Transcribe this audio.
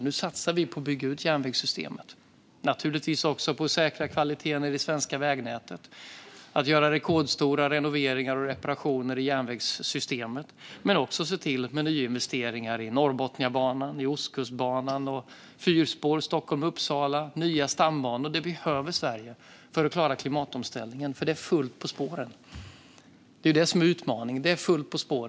Nu satsar vi på att bygga ut järnvägssystemet. Naturligtvis satsar vi också på att säkra kvaliteten i det svenska vägnätet och på att göra rekordstora renoveringar och reparationer i järnvägssystemet. Men vi gör även nyinvesteringar i Norrbotniabanan, Ostkustbanan, fyrspår mellan Stockholm och Uppsala och nya stambanor. Detta behöver Sverige för att klara klimatomställningen, för det är fullt på spåren. Det är ju det som är utmaningen.